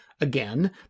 Again